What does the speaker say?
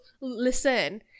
listen